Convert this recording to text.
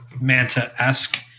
Manta-esque